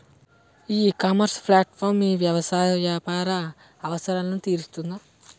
ఈ ecommerce platform మీ వ్యవసాయ వ్యాపార అవసరాలను తీరుస్తుందా?